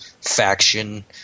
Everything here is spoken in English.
faction